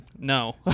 No